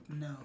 No